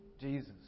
Jesus